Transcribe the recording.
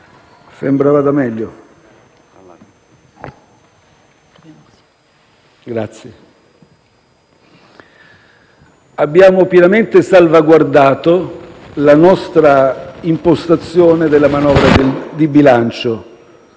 Abbiamo pienamente salvaguardato la nostra impostazione della manovra di bilancio.